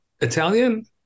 Italian